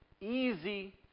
easy